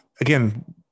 again